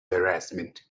harassment